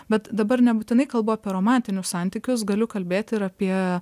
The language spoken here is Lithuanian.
bet dabar nebūtinai kalbu apie romantinius santykius galiu kalbėt ir apie